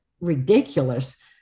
ridiculous